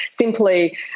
simply